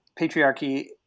patriarchy